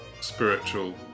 spiritual